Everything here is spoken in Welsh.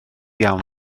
iawn